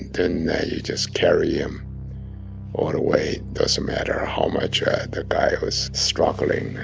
then you just carry him all the way, doesn't matter how much the guy was struggling, and